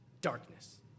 darkness